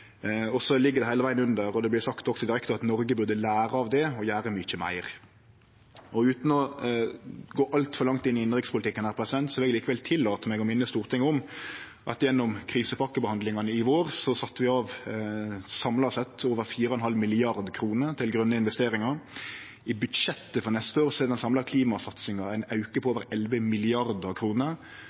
så ligg det heile vegen under – det vart òg sagt direkte – at Noreg burde lære av det og gjere mykje meir. Utan å gå altfor langt inn i innanrikspolitikken vil eg likevel tillate meg å minne Stortinget om at gjennom krisepakkebehandlingane i vår sette vi samla sett av over 4,5 mrd. kr til grøne investeringar. I budsjettet for neste år er den samla klimasatsinga ein auke på over